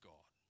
God